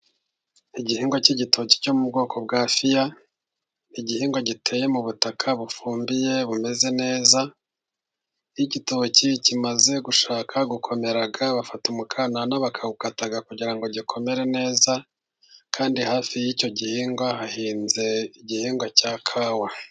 Igihingwa cy'igitoki cyo mu bwoko bwa fiya, igihingwa giteye mu butaka bufumbiye bumeze neza. Nk'igitoki kimaze gushaka gukomera, bafata umwanana bakawukata, kugira ngo gikomere neza, kandi hafi y'icyo gihingwa hahinze igihingwa cya kawa.